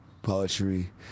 Poetry